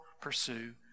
pursue